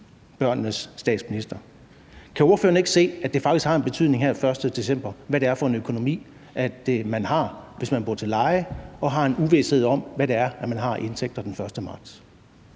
børnenes statsminister. Kan ordføreren ikke se, at det faktisk har en betydning her den 1. december, hvad det er for en økonomi, man har, hvis man bor til leje og har en uvished om, hvad man har af indtægter den 1. marts?